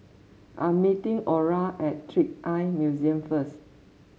I'm meeting Orra at Trick Eye Museum first